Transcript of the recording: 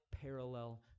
parallel